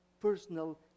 personal